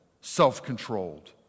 self-controlled